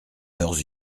leurs